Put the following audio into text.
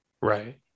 Right